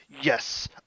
Yes